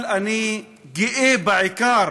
אבל אני גאה בעיקר